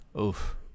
Oof